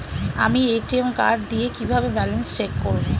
আমি ATM card দিয়ে কিভাবে ব্যালেন্স চেক করব?